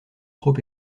trop